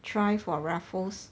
try for raffles